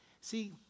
See